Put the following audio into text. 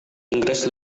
inggris